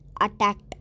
attacked